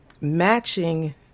matching